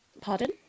Pardon